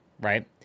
right